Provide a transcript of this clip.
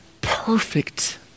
perfect